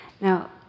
Now